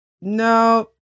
No